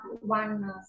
one